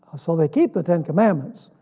so they keep the ten commandments,